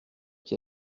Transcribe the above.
qui